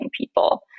people